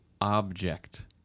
object